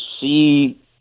see